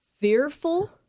fearful